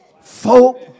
Folk